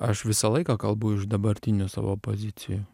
aš visą laiką kalbu iš dabartinių savo pozicijų